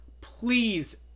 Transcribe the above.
please